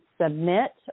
submit